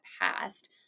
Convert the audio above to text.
past